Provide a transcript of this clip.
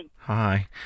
Hi